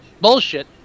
Bullshit